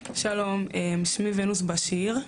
שלום, שמי ונוס בשיר,